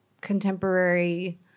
contemporary